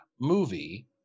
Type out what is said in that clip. movie